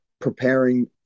preparing